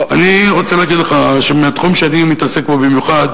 אני רוצה להגיד לך מהתחום שאני מתעסק בו במיוחד,